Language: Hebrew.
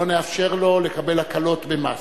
לא נאפשר לו לקבל הקלות במס,